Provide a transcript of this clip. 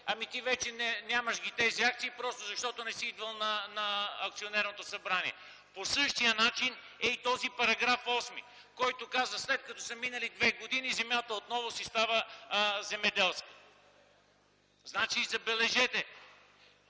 ами ти вече ги нямаш тези акции, просто защото не си идвал на акционерното събрание. По същия начин е и този § 8, който казва: след като са минали две години земята отново си става земеделска. Забележете,